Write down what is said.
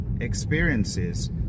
experiences